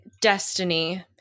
destiny